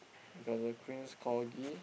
we got The Queen's Corgi